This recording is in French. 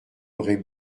aurait